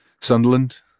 Sunderland